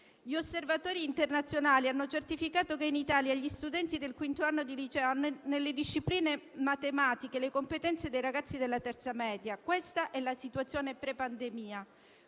Gli osservatori internazionali hanno certificato che in Italia gli studenti del quinto anno di liceo hanno nelle discipline matematiche le competenze dei ragazzi di terza media. Questa è la situazione prepandemia